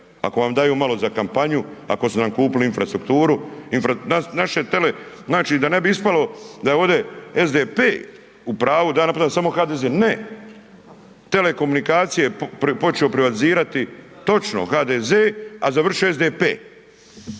Ako vam daju malo za kampanju, ako su nam kupili infrastrukturu, znači da ne bi ispalo da je ovdje SDP u pravu da ja napadam samo HDZ. Ne, telekomunikacije je počeo privatizirati točno HDZ, a završio je